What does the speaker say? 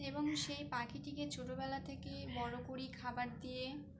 এবং সেই পাখিটিকে ছোটোবেলা থেকে বড়ো করি খাবার দিয়ে